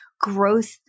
growth